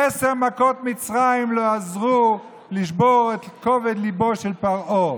עשר מכות מצרים לא עזרו לשבור את כובד ליבו של פרעה.